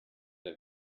oder